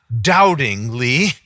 doubtingly